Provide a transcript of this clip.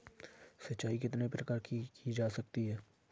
सिंचाई कितने प्रकार से की जा सकती है?